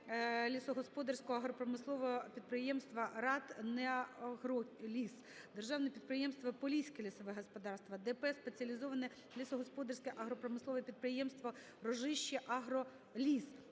лісогосподарського агропромислового підприємства "Ратнеагроліс", Державного підприємства "Поліське лісове господарство", ДП "Спеціалізоване лісогосподарське агропромислове підприємство "РОЖИЩЕАГРОЛІС",